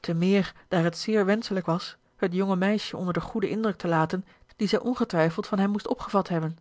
te meer daar het zeer wenschelijk was het jonge meisje onder den goeden indruk te laten dien zij ongetwijfeld van hem moest opgevat hebben